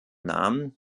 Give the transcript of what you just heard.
namen